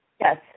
Yes